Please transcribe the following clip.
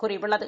கூறியுள்ளது